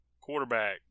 quarterback